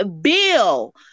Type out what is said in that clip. Bill